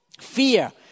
Fear